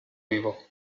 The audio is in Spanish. vivo